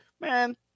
man